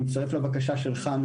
אני מצטרך לבקשה שלך,